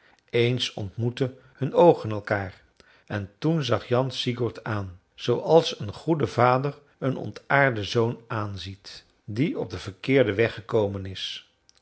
eens ontmoetten hun oogen elkaar en toen zag jan sigurd aan zooals een goede vader een ontaarden zoon aanziet die op den verkeerden weg gekomen is